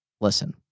Listen